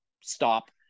stop